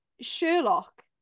Sherlock